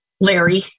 larry